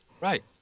Right